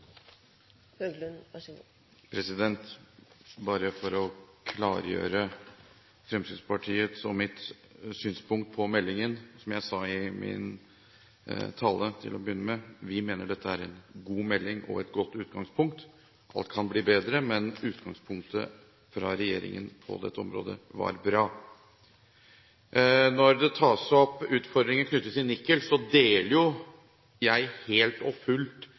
jeg sa i min tale til å begynne med her, mener vi at dette er en god melding og et godt utgangspunkt. Alt kan bli bedre, men utgangspunktet fra regjeringen på dette området var bra. Når det blir tatt opp utfordringer knyttet til Nikel, deler jeg helt og fullt